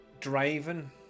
driving